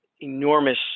enormous